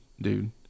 dude